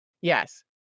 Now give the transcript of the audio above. Yes